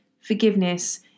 Forgiveness